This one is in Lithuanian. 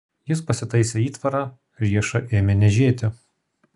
jis pasitaisė įtvarą riešą ėmė niežėti